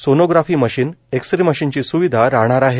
sonography machine X ray मशीनची स्विधा राहणार आहे